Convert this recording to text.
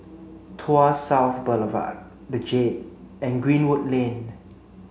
Tuas South Boulevard The Jade and Greenwood Lane